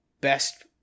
best